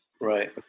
right